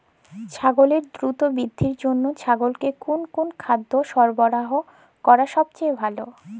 ছাগলের দ্রুত বৃদ্ধির জন্য ছাগলকে কোন কোন খাদ্য সরবরাহ করা সবচেয়ে ভালো?